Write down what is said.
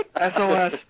S-O-S